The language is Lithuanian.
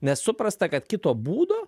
nes suprasta kad kito būdo